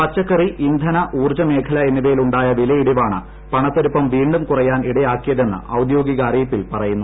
പച്ചക്കറി ഇന്ധന ഊർജ്ജ മേഖല എന്നിവയിൽ ഉണ്ടായ വിലയിടിവാണ് പണപ്പെരുപ്പം വീണ്ടും കുറയാൻ ഇടയാക്കിയതെന്ന് ഔദ്യോഗിക അറിയിപ്പിൽ പറയുന്നു